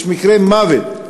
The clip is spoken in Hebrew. יש מקרי מוות,